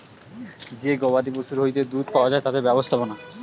যে গবাদি পশুর হইতে দুধ পাওয়া যায় তাদের ব্যবস্থাপনা